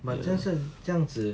but 这样是这样子